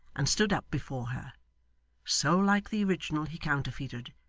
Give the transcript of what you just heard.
and stood up before her so like the original he counterfeited,